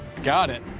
got it.